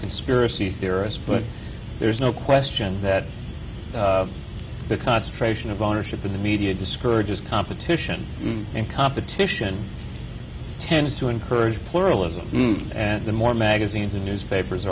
conspiracy theorist but there's no question that the cost fraction of ownership in the media discourages competition and competition tends to encourage pluralism and the more magazines and newspapers